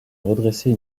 redresser